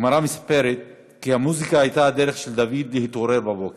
הגמרא מספרת כי המוזיקה הייתה הדרך של דוד להתעורר בבוקר.